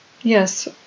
yes